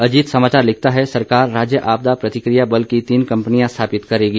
अजीत समाचार लिखता है सरकार राज्य आपदा प्रतिकिया बल की तीन कम्पनियां स्थापित करेगी